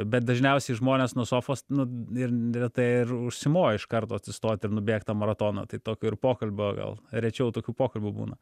bet dažniausiai žmonės nuo sofos nu ir neretai ir užsimoja iš karto atsistot ir nubėgt tą maratoną tai tokio ir pokalbio gal rečiau tokių pokalbių būna